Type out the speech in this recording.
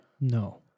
No